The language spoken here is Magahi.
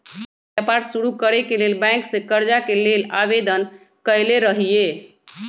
हम व्यापार शुरू करेके लेल बैंक से करजा के लेल आवेदन कयले रहिये